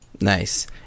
Nice